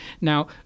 Now